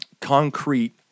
concrete